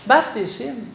baptism